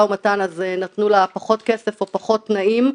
ומתן אז נתנו לה פחות כסף או פחות תנאים.